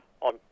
on